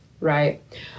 Right